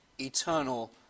eternal